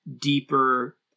deeper